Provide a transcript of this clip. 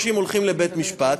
30 הולכים לבית-משפט,